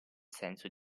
senso